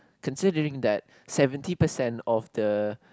considering that seventy percent of the